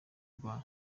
rwa